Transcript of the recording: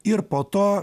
ir po to